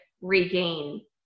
regain